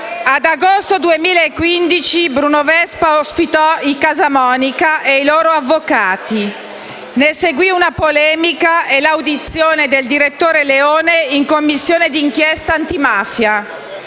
Ad agosto 2015 Bruno Vespa ospitò i Casamonica e i loro avvocati; ne seguì una polemica e l'audizione del direttore Leone in Commissione d'inchiesta antimafia.